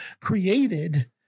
created